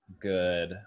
good